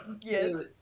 Yes